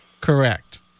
Correct